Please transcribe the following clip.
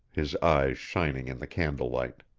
his eyes shining in the candle-light.